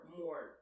more